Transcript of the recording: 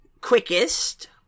quickest